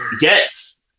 yes